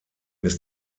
ist